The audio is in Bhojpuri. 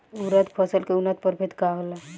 उरद फसल के उन्नत प्रभेद का होला?